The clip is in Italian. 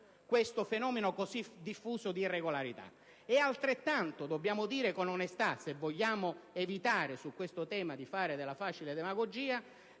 questo fenomeno così diffuso di irregolarità, e altrettanto dobbiamo dire con onestà, se vogliamo evitare di fare della facile demagogia